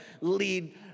lead